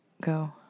go